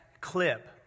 clip